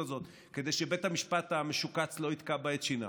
הזאת כדי שבית המשפט המשוקץ לא יתקע בה את שיניו,